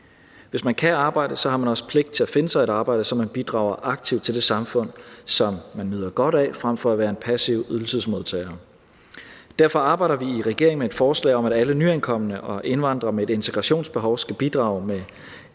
Hvis man kan arbejde, har man også pligt til at finde sig et arbejde, så man bidrager aktivt til det samfund, som man nyder godt af, frem for at være en passiv ydelsesmodtager. Derfor arbejder vi i regeringen med et forslag om, at alle nyankomne og indvandrere med et integrationsbehov skal bidrage med